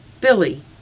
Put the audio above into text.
Billy